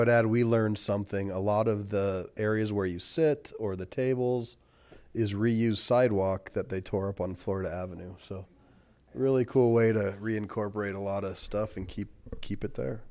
would add we learned something a lot of the areas where you sit or the tables is reuse sidewalk that they tore up on florida avenue so a really cool way to reincorporate a lot of stuff and keep keep it